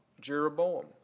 Jeroboam